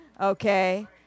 Okay